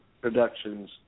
productions